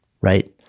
right